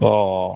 ஓ ஓ